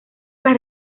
las